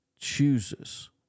chooses